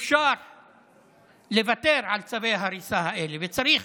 אפשר לוותר על צווי ההריסה האלה וצריך